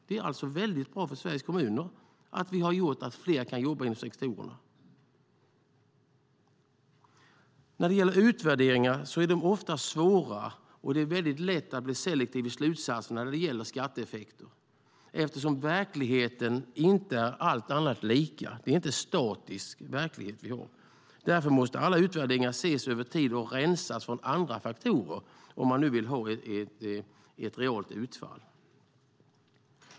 Det är alltså bra för Sveriges kommuner att vi har gjort så att fler kan jobba inom dessa sektorer. Utvärderingar är ofta svåra. Det är lätt att bli selektiv i slutsatserna när det gäller skatteeffekter eftersom verkligheten inte är allt annat lika. Det är inte någon statisk verklighet vi har. Därför måste alla utvärderingar ses över tid och rensas från andra faktorer om man nu vill ha ett realt utfall.